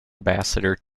ambassador